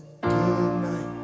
goodnight